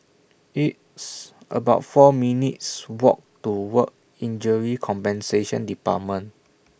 It's about four minutes' Walk to Work Injury Compensation department